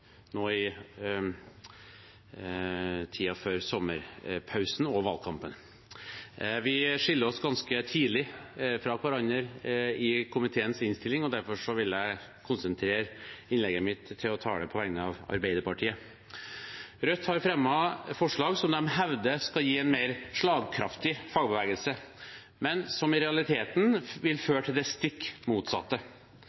nå i tiden før sommerpausen og valgkampen. Vi skiller oss ganske tidlig fra hverandre i komiteens innstilling, og derfor vil jeg konsentrere innlegget mitt til å tale på vegne av Arbeiderpartiet. Rødt har fremmet forslag som de hevder skal gi en mer slagkraftig fagbevegelse, men som i realiteten vil